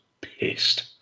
pissed